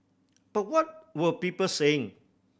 but what were people saying